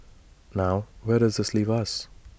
now where does this leave us